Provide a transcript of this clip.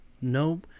no